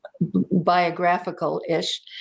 biographical-ish